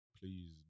please